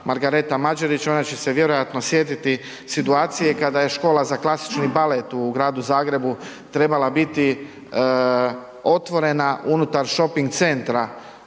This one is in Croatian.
Margareta Mađarić, ona će se vjerojatno sjetiti situacije kada je Škola za klasični balet u Gradu Zagrebu trebala biti otvorena unutar Shopping centra